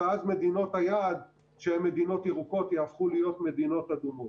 ואז מדינות היעד שהן מדינות ירוקות יהפכו להיות מדינות אדומות.